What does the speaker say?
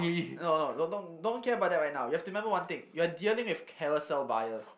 no no don't don't don't care about that right now you have to remember one thing you are dealing with Carousell buyers